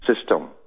system